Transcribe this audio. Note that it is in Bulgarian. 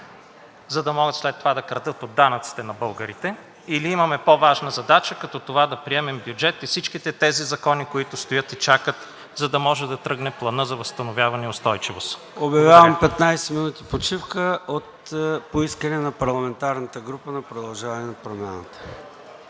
за да могат след това да крадат от данъците на българите, или имаме по-важна задача, като това да приемем бюджет и всичките тези закони, които стоят и чакат, за да може да тръгне Планът за възстановяване и устойчивост. Благодаря Ви. ПРЕДСЕДАТЕЛ ЙОРДАН ЦОНЕВ: Обявявам 15 минути почивка по искане на парламентарната група на „Продължаваме Промяната“.